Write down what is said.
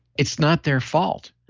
it's not their fault.